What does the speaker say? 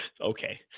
Okay